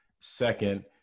second